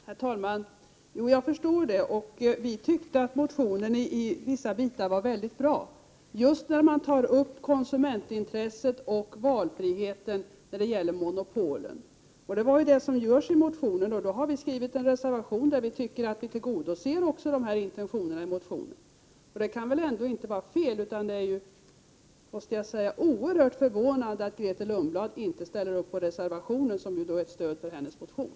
Herr talman! Jo, jag förstår det, och vi tyckte att motionen i vissa bitar var väldigt bra, just där man tar upp konsumentintresset och valfriheten gentemot monopolen. Det är ju detta som görs i motionen, och vi har skrivit en reservation där vi tycker att vi tillgodoser just dessa intentioner i motionen. Detta kan väl inte vara fel. Det är oerhört förvånande att Grethe Lundblad inte ställer upp på reservationen, som ju är ett stöd för hennes motion.